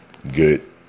Good